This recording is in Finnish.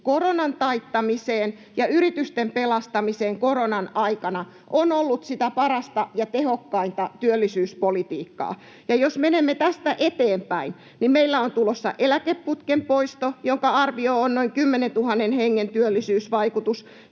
koronan taittamiseen ja yritysten pelastamiseen koronan aikana on ollut parasta ja tehokkainta työllisyyspolitiikkaa. Jos menemme tästä eteenpäin, niin meillä on tulossa eläkeputken poisto, jonka arvio on noin 10 000 hengen työllisyysvaikutus.